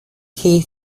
key